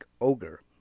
Ogre